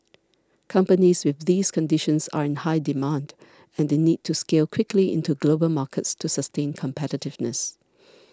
companies with these conditions are in high demand and they need to scale quickly into global markets to sustain competitiveness